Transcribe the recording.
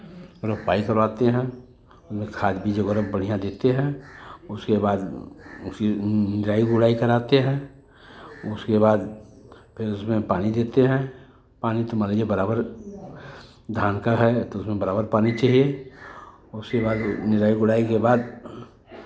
रोपाई करवाते हैं उमें खाद बीज वगैरह बढ़ियाँ देते हैं उसके बाद उसी नोराई गोराई कराते हैं उसके बाद फिर उसमें पानी देते हैं पानी तो मान लीजिये बराबर धान का है तो उसमें बराबर पानी चाहिए उसके बाद निराई गोराई के बाद